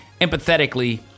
empathetically